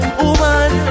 woman